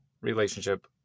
relationship